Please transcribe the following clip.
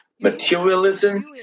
materialism